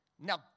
Now